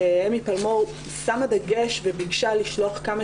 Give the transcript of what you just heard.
אמי פלמור שמה דגש וביקשה לשלוח כמה